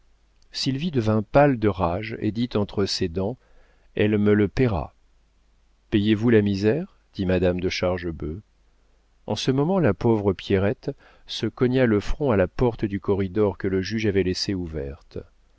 elle sylvie devint pâle de rage et dit entre ses dents elle me le payera payez-vous la misère dit madame de chargebœuf en ce moment la pauvre pierrette se cogna le front à la porte du corridor que le juge avait laissée ouverte